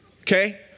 Okay